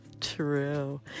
true